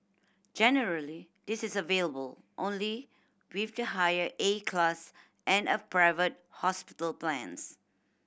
generally this is available only with the higher A class and a private hospital plans